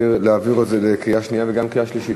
להעביר את זה לקריאה שנייה וגם קריאה שלישית,